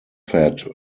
fed